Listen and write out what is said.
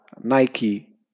Nike